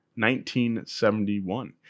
1971